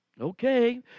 okay